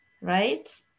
right